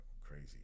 Crazy